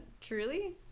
truly